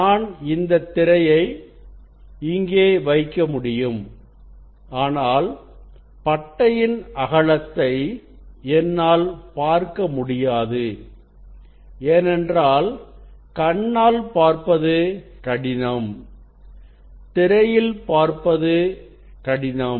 நான் இந்த திரையை இங்கே வைக்க முடியும் ஆனால் பட்டையின் அகலத்தை என்னால் பார்க்க முடியாது ஏனென்றால் கண்ணால் பார்ப்பது கடினம் திரையில் பார்ப்பது கடினம்